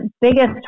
biggest